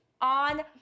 On